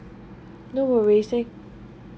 no worries thank